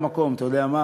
זועק.